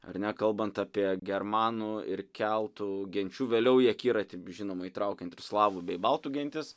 ar ne kalbant apie germanų ir keltų genčių vėliau į akiratį žinoma įtraukiant ir slavų bei baltų gentis